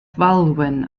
falwen